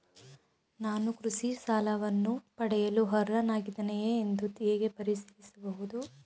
ನಾನು ಕೃಷಿ ಸಾಲವನ್ನು ಪಡೆಯಲು ಅರ್ಹನಾಗಿದ್ದೇನೆಯೇ ಎಂದು ಹೇಗೆ ಪರಿಶೀಲಿಸಬಹುದು?